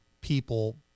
people